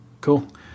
Cool